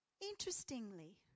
Interestingly